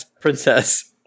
princess